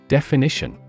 Definition